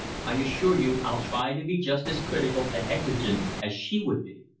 i assure you i'll try to be just as critical and exigent as she would be.